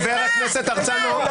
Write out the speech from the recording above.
חבר הכנסת הרצנו,